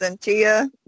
Tia